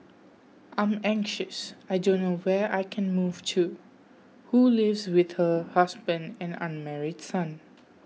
I'm anxious I don't know where I can move to who lives with her husband and unmarried son